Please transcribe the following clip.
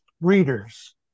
readers